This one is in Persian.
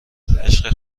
عشق